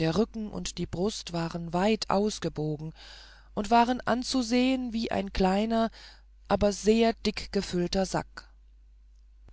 der rücken und die brust waren weit ausgebogen und waren anzusehen wie ein kleiner aber sehr dick gefüllter sack